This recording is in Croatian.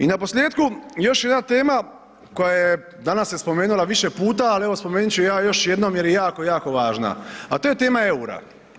I naposljetku, još jedna tema koja je danas se spomenula više puta ali evo spomenut ću je ja još jednom jer je jako, jako važna a to je tema eura.